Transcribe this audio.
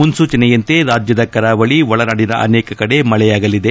ಮುನ್ಸೂಚನೆಯಂತೆ ರಾಜ್ಯದ ಕರಾವಳಿ ಒಳನಾಡಿನ ಅನೇಕ ಕಡೆ ಮಳೆಯಾಗಲಿದೆ